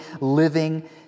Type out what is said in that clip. living